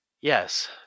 Yes